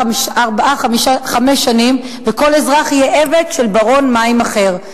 חמש שנים, וכל אזרח יהיה עבד של ברון מים אחר.